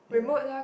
yeah